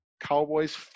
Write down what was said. Cowboys